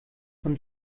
von